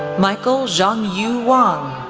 michael zhongyu wang,